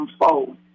unfold